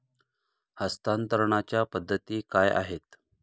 हस्तांतरणाच्या पद्धती काय आहेत?